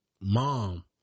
mom